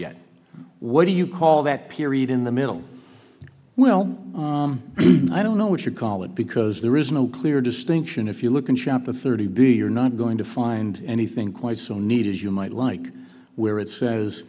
yet what do you call that period in the middle well i don't know what you call it because there is no clear distinction if you look in chapter thirty b you're not going to find anything quite so neat as you might like where it says